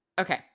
Okay